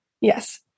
Yes